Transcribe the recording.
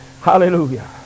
Hallelujah